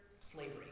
slavery